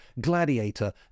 Gladiator